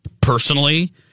personally